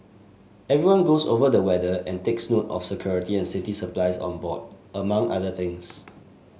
everyone goes over the weather and takes note of security and safety supplies on board among other things